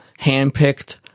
handpicked